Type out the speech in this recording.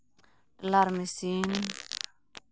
tailor machine